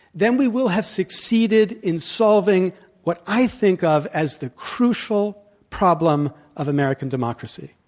then we will have succeeded in solving what i think of as the crucial problem of american democracy,